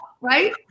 Right